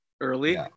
early